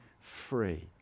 free